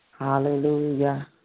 Hallelujah